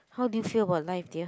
how do you feel about life dear